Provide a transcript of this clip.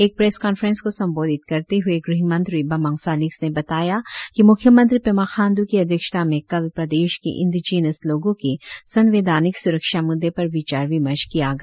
एक press conference को संबोधित करते हुए ग़हमंत्री बामंग फेलिक्स ने बताया कि म्ख्य मंत्री पेमा खाण्ड् की अध्यक्षता में कल प्रदेश के इंडिजिनस लोगों के संवैधानिक स्रक्षा मुद्दे पर विचार विमर्श किया गया